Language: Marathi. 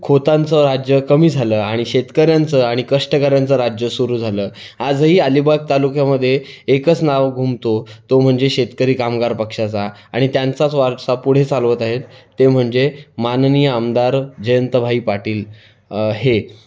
खोतांचं राज्य कमी झालं आणि शेतकऱ्यांचं आणि कष्टकऱ्यांचं राज्य सुरु झालं आजही अलिबाग तालुक्यामध्ये एकच नाव घुमतो तो म्हणजे शेतकरी कामगार पक्षाचा आणि त्यांचाच वारसा पुढे चालवत आहेत ते म्हणजे माननीय आमदार जयंतभाई पाटील हे